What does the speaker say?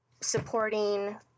supporting